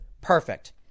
Perfect